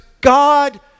God